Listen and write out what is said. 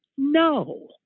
No